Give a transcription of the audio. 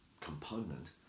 component